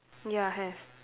ya have